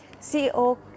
CEO